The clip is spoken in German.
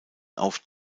auf